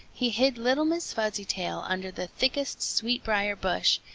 he hid little miss fuzzytail under the thickest sweet-briar bush,